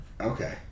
okay